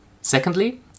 Secondly